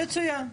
מצוין.